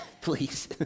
please